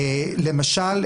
למשל,